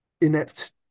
inept